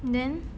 then